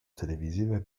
televisive